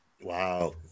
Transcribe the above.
Wow